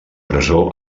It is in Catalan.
presó